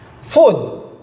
food